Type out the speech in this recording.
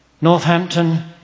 Northampton